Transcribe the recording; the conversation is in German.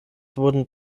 wurden